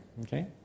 Okay